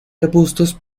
arbustos